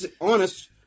honest